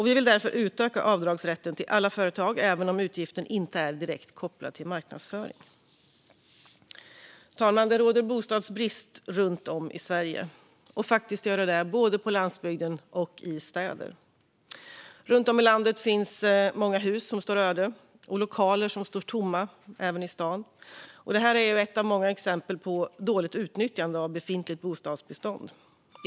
Vi vill därför utöka avdragsrätten till alla företag, även om utgiften inte är direkt kopplad till marknadsföring. Herr talman! Det råder bostadsbrist runt om i Sverige. Det är faktiskt så både på landsbygden och i städer. Runt om i landet finns många hus som står öde och lokaler som står tomma - även i stan. Det här är ett av många exempel på dåligt utnyttjande av befintligt bostadsbestånd.